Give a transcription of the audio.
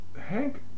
Hank